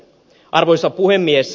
arvoisa puhemies